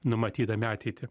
numatydami ateitį